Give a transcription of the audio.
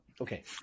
Okay